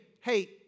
hey